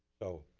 so,